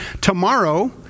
tomorrow